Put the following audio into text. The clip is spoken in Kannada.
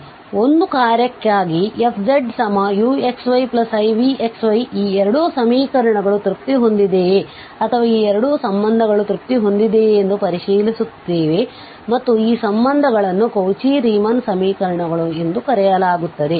ಆದ್ದರಿಂದ ಒಂದು ಕಾರ್ಯಕ್ಕಾಗಿ fzuxyivxy ಈ 2 ಸಮೀಕರಣಗಳು ತೃಪ್ತಿ ಹೊಂದಿದೆಯೇ ಅಥವಾ ಈ 2 ಸಂಬಂಧಗಳು ತೃಪ್ತಿ ಹೊಂದಿದೆಯೇ ಎಂದು ಪರಿಶೀಲಿಸುತ್ತೇವೆ ಮತ್ತು ಈ ಸಂಬಂಧಗಳನ್ನು ಕೌಚಿ ರೀಮನ್ ಸಮೀಕರಣಗಳು ಎಂದು ಕರೆಯಲಾಗುತ್ತದೆ